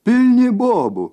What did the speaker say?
pilni bobų